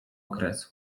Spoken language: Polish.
okresu